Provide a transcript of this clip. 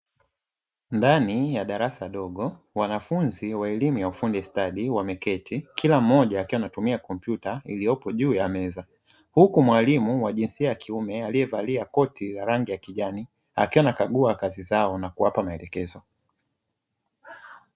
Ndani ya darasa dogo wanafunzi wa elimu ya ufundi stadi wameketi, kila mmoja akiwa anatumia kompyuta iliyopo juu ya meza. Huku mwalimu wa jinsia ya kiume aliyevalia koti la rangi ya kijani akiwa anakagua kazi yao na kuwapa maelekezo.